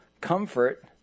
comfort